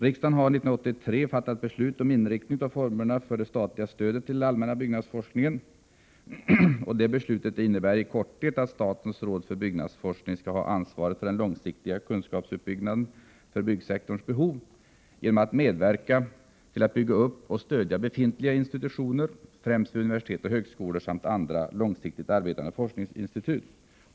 Riksdagen har år 1983 fattat beslut om inriktningen och formerna för statens stöd till den allmänna byggnadsforskningen. Det beslutet innebär i korthet att statens råd för byggnadsforskning skall ha ansvaret för den långsiktiga kunskapsuppbyggnaden för byggsektorns behov genom att medverka till att bygga upp och stödja befintliga institutioner, främst vid universitet och högskolor samt andra långsiktigt arbetande forskningsinstitut.